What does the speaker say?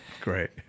Great